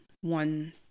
one